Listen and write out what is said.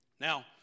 Now